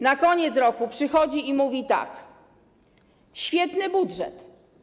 Na koniec roku przychodzi i mówi tak: Świetny budżet.